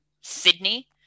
Sydney